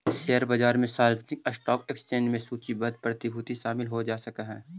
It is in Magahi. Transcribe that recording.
शेयर बाजार में सार्वजनिक स्टॉक एक्सचेंज में सूचीबद्ध प्रतिभूति शामिल हो सकऽ हइ